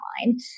online